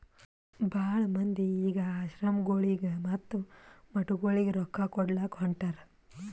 ಭಾಳ ಮಂದಿ ಈಗ್ ಆಶ್ರಮಗೊಳಿಗ ಮತ್ತ ಮಠಗೊಳಿಗ ರೊಕ್ಕಾ ಕೊಡ್ಲಾಕ್ ಹೊಂಟಾರ್